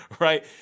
right